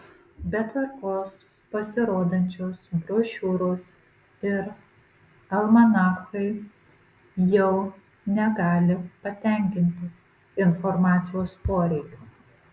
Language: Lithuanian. be tvarkos pasirodančios brošiūros ir almanachai jau negali patenkinti informacijos poreikio